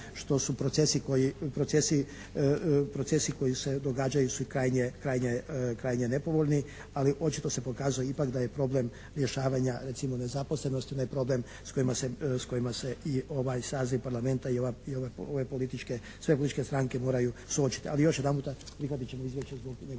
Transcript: što su procesi koji se događaju su krajnje nepovoljni, ali očito se pokazuje ipak da je problem rješavanja recimo nezaposlenosti, da je problem s kojima se i ovaj saziv parlamenta i sve političke stranke moraju suočiti. Ali još jedanputa, prihvatit ćemo izvješće zbog njegove